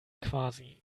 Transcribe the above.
quasi